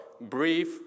brief